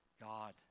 God